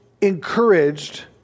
encouraged